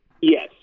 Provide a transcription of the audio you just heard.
Yes